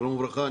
שלום וברכה.